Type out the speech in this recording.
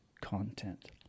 content